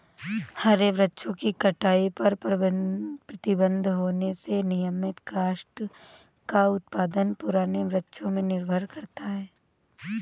हरे वृक्षों की कटाई पर प्रतिबन्ध होने से नियमतः काष्ठ का उत्पादन पुराने वृक्षों पर निर्भर करता है